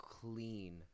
clean